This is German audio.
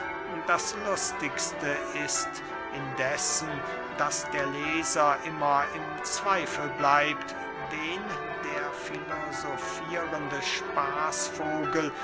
das lustigste ist indessen daß der leser immer im zweifel bleibt wen der filosofierende spaßvogel